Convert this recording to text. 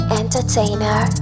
entertainer